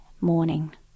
morning